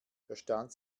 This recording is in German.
verstand